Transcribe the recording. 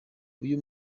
uyu